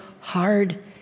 hard